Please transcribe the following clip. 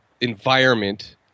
environment